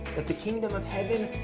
that the kingdom of heaven